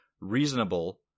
reasonable